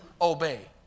obey